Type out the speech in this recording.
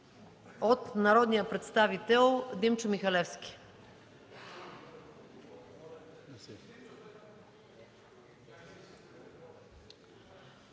от народния представител Димчо Михалевски.